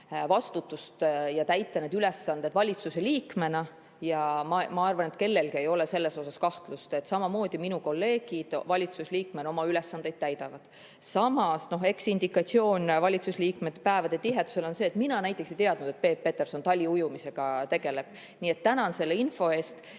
vastutus valitsusliikmena. Ma arvan, et kellelgi ei ole selles osas kahtlust, et minu kolleegid samamoodi valitsusliikmetena oma ülesandeid täidavad. Samas üks indikatsioon valitsusliikmete päevade tihedusest on see, et mina näiteks ei teadnud, et Peep Peterson taliujumisega tegeleb. Nii et tänan selle info eest!